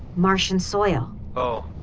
martian soil oh.